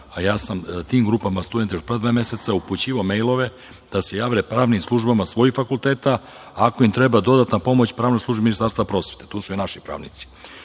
a ja sam tim grupama studenata još pre dva meseca upućivao mejlove da se jave pravnim službama svojih fakulteta, ako im treba dodatna pomoć, pravna služba Ministarstva prosvete. Tu su naši pravnici. Naravno